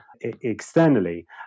externally